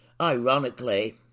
Ironically